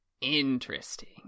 Interesting